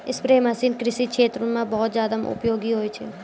spray machine कृषि क्षेत्र म बहुत जादा उपयोगी होय छै